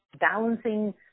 balancing